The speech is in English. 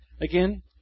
Again